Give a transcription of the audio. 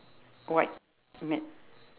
white mat